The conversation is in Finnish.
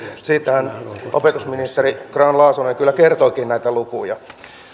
siitähän opetusministeri grahn laasonen kyllä kertoikin näitä lukuja